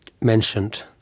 mentioned